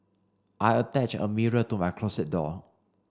I attach a mirror to my closet door